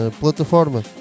plataforma